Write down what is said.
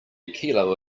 kilo